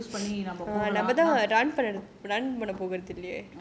நம்ம அத வந்து:namma atha vanthu use பண்ணி நம்ம போகலாம்:panni namma pogalaam